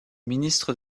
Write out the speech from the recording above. ministre